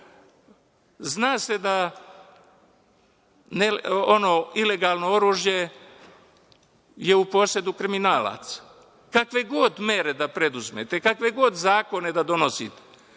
Zna se da je ilegalno oružje u posedu kriminalaca, kakve god mere da preduzmete, kakve god zakone da donosite